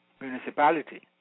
municipality